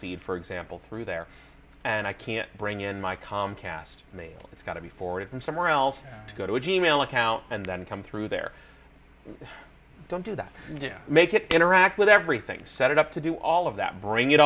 feed for example through there and i can't bring in my comcast mail it's got to be forwarded from somewhere else to go to a g mail account and then come through there don't do that to make it interact with everything's set up to do all of that bring it